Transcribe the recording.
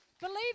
Believe